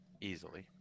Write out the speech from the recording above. Easily